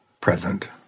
present